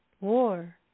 war